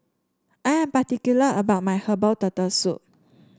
I am particular about my Herbal Turtle Soup